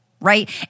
right